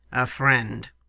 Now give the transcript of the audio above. a friend